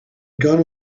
gone